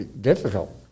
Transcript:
difficult